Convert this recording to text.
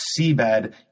seabed